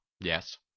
Yes